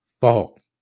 fault